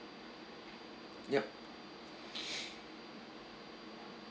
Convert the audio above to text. yup